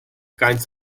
kinds